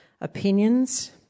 opinions